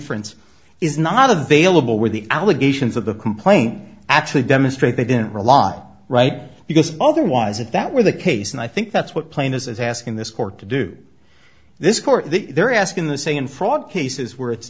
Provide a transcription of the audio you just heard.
inference is not available where the allegations of the complaint actually demonstrate they didn't rely right because otherwise if that were the case and i think that's what playing this is asking this court to do this court they're asking the say in fraud cases where it's